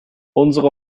unsere